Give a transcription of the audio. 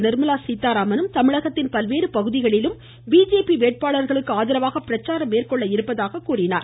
நிர்மலா சீதாராமனும் தமிழகத்தின் பல்வேறு பகுதிகளிலும் பிஜேபி வேட்பாளர்களுக்கு ஆதரவாக பிரச்சாரம் மேற்கொள்ள இருப்பதாகவும் அவர் கூறினார்